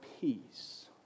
peace